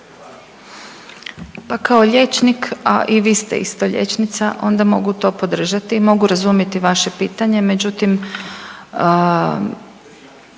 Pa kao liječnik, a i vi ste isto liječnika onda mogu to podržati i mogu razumiti vaše pitanje,